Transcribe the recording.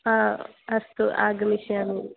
अस्तु आगमिष्यामि